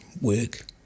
work